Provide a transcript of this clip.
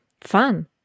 fun